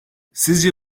sizce